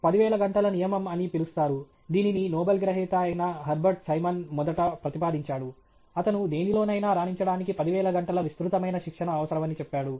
10000 గంటల నియమం అని పిలుస్తారు దీనిని నోబెల్ గ్రహీత అయిన హెర్బర్ట్ సైమన్ మొదట ప్రతిపాదించాడు అతను దేనిలోనైనా రాణించడానికి 10000 గంటల విస్తృతమైన శిక్షణ అవసరమని చెప్పాడు